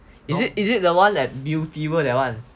is it is it the one at beauty world that one